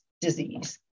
disease